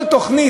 כל תוכנית